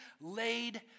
laid